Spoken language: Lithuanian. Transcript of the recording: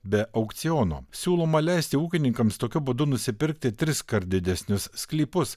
be aukciono siūloma leisti ūkininkams tokiu būdu nusipirkti triskart didesnius sklypus